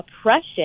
oppression